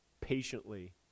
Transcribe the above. patiently